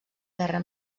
guerra